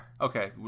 Okay